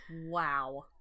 Wow